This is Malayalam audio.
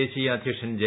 ദേശീയ അധ്യക്ഷൻ ജെ